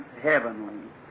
heavenly